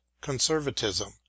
conservatism